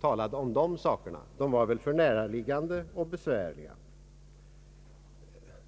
talade om de sakerna. De var väl för näraliggande och för besvärande.